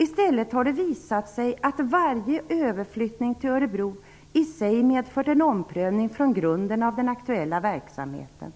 I stället har det visat sig att varje överflyttning till Örebro i sig har medfört en omprövning från grunden av den aktuella verksamheten,